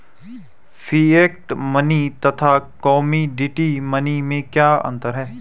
Fiat money तथा commodity money में क्या अंतर है?